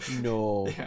No